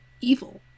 evil